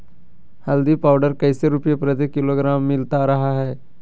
हल्दी पाउडर कैसे रुपए प्रति किलोग्राम मिलता रहा है?